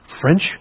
French